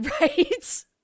Right